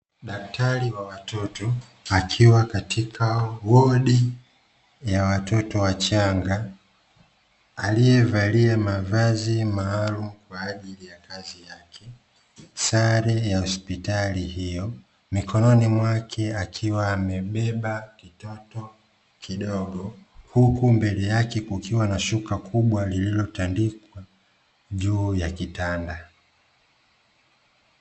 Daktari wa watoto akiwa katika wodi ya watoto wachanga, aliyevalia mavazi maalum kwa ajili ya kazi yake sale ya hospitali hiyo mikononi mwake akiwa amebeba kitoto kidogo huku mbele yake kukiwa na shuka kubwa lililotandikwa juu ya kitanda.